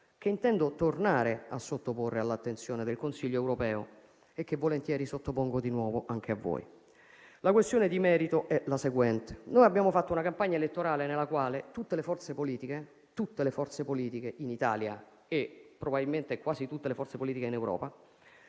che intendo tornare a sottoporre all'attenzione del Consiglio europeo e che volentieri sottopongo di nuovo anche a voi. La questione di merito è la seguente: abbiamo fatto una campagna elettorale nella quale tutte le forze politiche in Italia e probabilmente quasi tutte le forze politiche in Europa